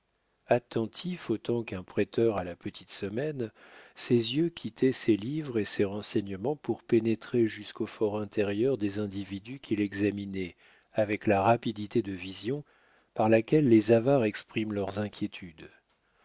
attentif autant qu'un prêteur à la petite semaine ses yeux quittaient ses livres et ses renseignements pour pénétrer jusqu'au for intérieur des individus qu'il examinait avec la rapidité de vision par laquelle les avares expriment leurs inquiétudes